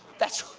that's